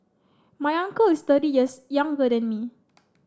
my uncle is thirty years younger than me